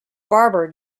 barber